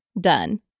done